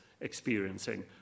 experiencing